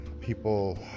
people